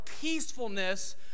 peacefulness